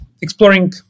exploring